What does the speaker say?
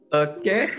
okay